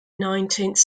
nineteenth